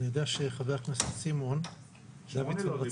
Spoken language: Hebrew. אני יודעת שחבר הכנסת סימון דוידסון רצה